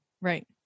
Right